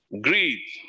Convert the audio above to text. Greed